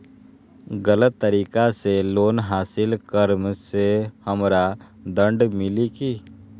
गलत तरीका से लोन हासिल कर्म मे हमरा दंड मिली कि?